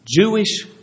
Jewish